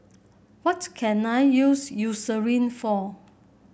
what can I use Eucerin for